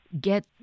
get